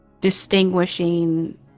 distinguishing